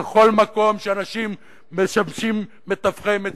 בכל מקום שאנשים משמשים מתווכי מצוקה,